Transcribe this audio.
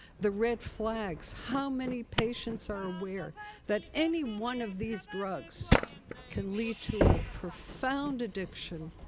the red flags how many patients are aware that any one of these drugs can lead to a profound addiction,